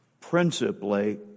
principally